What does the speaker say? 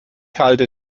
halte